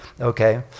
okay